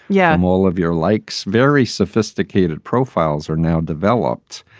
yeah. all of your likes. very sophisticated profiles are now developed.